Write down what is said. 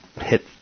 hit